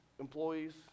employees